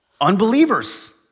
unbelievers